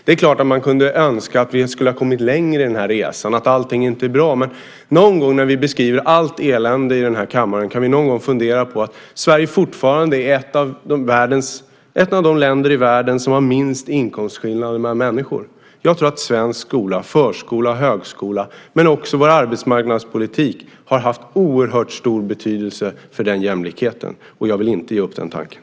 Man kunde givetvis önska att vi hade kommit längre på den resan eftersom allt inte är bra. När ni i kammaren beskriver allt som ett elände kunde ni väl någon gång också tänka på att Sverige fortfarande är ett av de länder i världen som har minst inkomstskillnader mellan människorna. Jag tror att svensk skola, förskola, högskola, men också vår arbetsmarknadspolitik, haft oerhört stor betydelse för den jämlikheten, och jag vill inte ge upp den tanken.